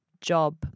job